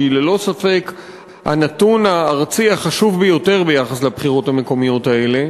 שהיא ללא ספק הנתון הארצי החשוב ביותר ביחס לבחירות המקומיות האלה,